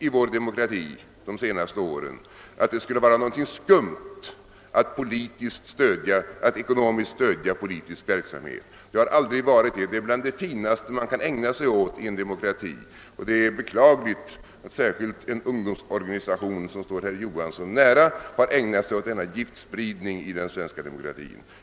Det har under de senaste åren spritts ett gift i vår demokrati att det skulle vara någonting skumt att ekonomiskt stödja politisk verksamhet. Så har aldrig varit förhållandet, utan detta är det finaste man i en demokrati kan ägna sig åt. Det är beklagligt att särskilt en ungdomsorganisation som står herr Johansson nära har ägnat sig åt denna giftspridning i den svenska demokratin.